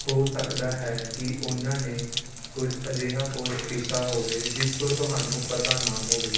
ਹੋ ਸਕਦਾ ਹੈ ਕਿ ਉਨ੍ਹਾਂ ਨੇ ਕੁਝ ਅਜਿਹਾ ਪੋਸਟ ਕੀਤਾ ਹੋਵੇ ਜਿਸ ਤੋਂ ਤੁਹਾਨੂੰ ਪਤਾ ਨਾ ਹੋਵੇ